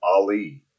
Ali